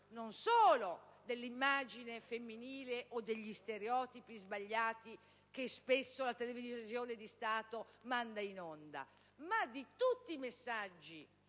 non solo dell'immagine femminile o degli stereotipi sbagliati che spesso la televisione di Stato manda in onda, ma di tutti i messaggi